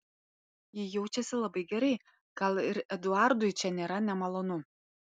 ji jaučiasi labai gerai gal ir eduardui čia nėra nemalonu